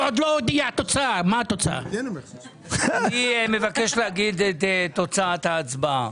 אני מבקש להגיד את תוצאת ההצבעה.